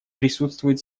присутствует